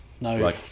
no